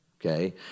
okay